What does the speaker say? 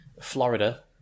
Florida